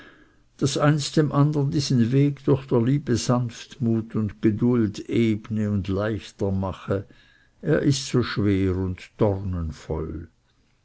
daß eins dem andern diesen weg durch der liebe sanftmut und geduld ebne und leichter mache er ist so schwer und